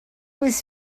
was